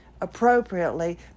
appropriately